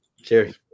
Cheers